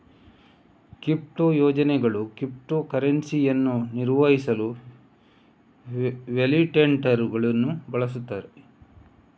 crypto ಯೋಜನೆಗಳು crypto ಕರೆನ್ಸಿಯನ್ನು ನಿರ್ವಹಿಸಲು ವ್ಯಾಲಿಡೇಟರುಗಳನ್ನು ಬಳಸುತ್ತವೆ